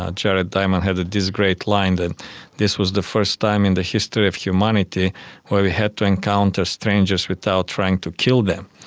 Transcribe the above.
ah jared diamond had this great line that this was the first time in the history of humanity where we had to encounter strangers without trying to kill them.